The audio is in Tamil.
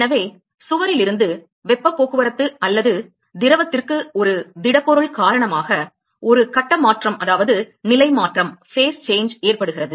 எனவே சுவரில் இருந்து வெப்பப் போக்குவரத்து அல்லது திரவத்திற்கு ஒரு திடப்பொருள் காரணமாக ஒரு கட்ட மாற்றம் நிலைமாற்றம் ஏற்படுகிறது